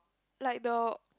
like the